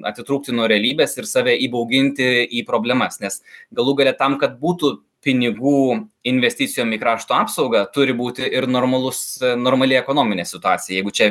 atitrūkti nuo realybės ir save įbauginti į problemas nes galų gale tam kad būtų pinigų investicijom į krašto apsaugą turi būti ir normalus normali ekonominė situacija jeigu čia